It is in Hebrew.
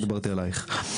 לא דיברתי עלייך.